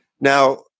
Now